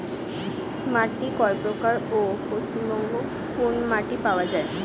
মাটি কয় প্রকার ও পশ্চিমবঙ্গ কোন মাটি পাওয়া য়ায়?